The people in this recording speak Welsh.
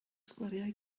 sgwariau